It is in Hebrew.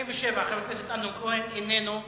שאילתא מס' 47, של חבר הכנסת אמנון כהן, איננו,